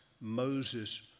Moses